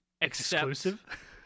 Exclusive